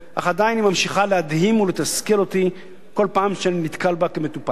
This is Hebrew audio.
אך עדיין היא ממשיכה להדהים ולתסכל אותי כל פעם שאני נתקל בה כמטופל: